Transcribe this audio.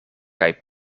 kaj